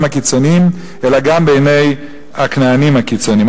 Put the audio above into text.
הקיצונים אלא גם בעיני הכנענים הקיצונים.